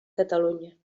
catalunya